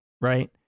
right